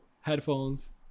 headphones